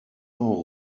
auch